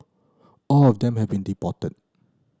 all of them have been deported